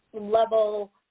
level